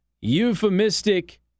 euphemistic